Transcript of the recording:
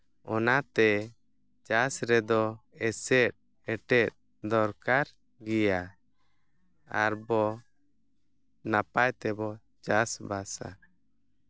ᱚᱱᱟᱛᱮ ᱪᱟᱥ ᱨᱮᱫᱚ ᱮᱥᱮᱫᱼᱮᱴᱮᱫ ᱫᱚᱨᱠᱟᱨ ᱜᱮᱭᱟ ᱟᱨ ᱵᱚ ᱱᱟᱯᱟᱭ ᱛᱮᱵᱚ ᱪᱟᱥᱵᱟᱥᱟ